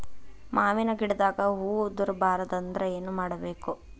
ಮಾವಿನ ಗಿಡದಾಗ ಹೂವು ಉದುರು ಬಾರದಂದ್ರ ಏನು ಮಾಡಬೇಕು?